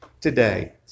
today